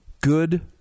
good